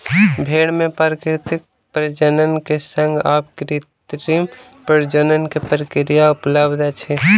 भेड़ मे प्राकृतिक प्रजनन के संग आब कृत्रिम प्रजनन के प्रक्रिया उपलब्ध अछि